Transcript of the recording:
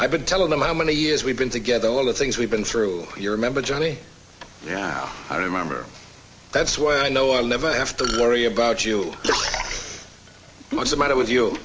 i've been telling them how many years we've been together all the things we've been through you're remember johnny yeah i remember that's why i know i'll never have to worry about you what's the matter with you